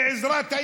בעזרת השם.